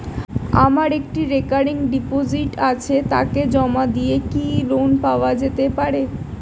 আমার একটি recurring deposit আছে তাকে জমা দিয়ে কি লোন পাওয়া যেতে পারে?